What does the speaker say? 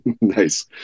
Nice